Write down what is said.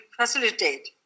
facilitate